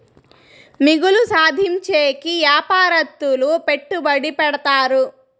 మిగులు సాధించేకి యాపారత్తులు పెట్టుబడి పెడతారు